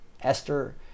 Esther